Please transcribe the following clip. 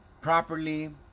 properly